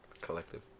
Collective